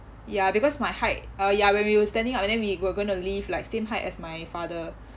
ya because my height uh ya when we were standing up and then we were going to leave like same height as my father